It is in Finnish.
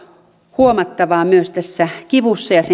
huomattavaa myös kivussa ja